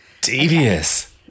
Devious